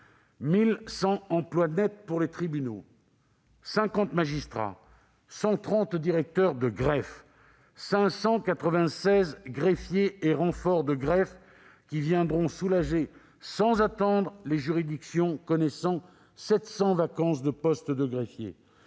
1 100 emplois nets pour les tribunaux : 50 magistrats, 130 directeurs de greffe, 596 greffiers et renforts de greffe, qui viendront soulager sans attendre les juridictions en pourvoyant une partie des 700 vacances de postes de greffiers.